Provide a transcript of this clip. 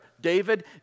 David